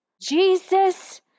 Jesus